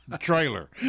trailer